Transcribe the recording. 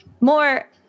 more